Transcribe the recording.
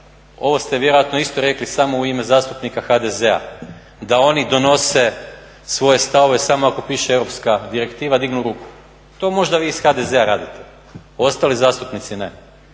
ovo ste vjerojatno isto rekli samo u ime zastupnika HDZ-a, da oni donose svoje stavove samo ako piše europska direktiva dignu ruku. To možda vi iz HDZ-a radite, ostali zastupnici ne.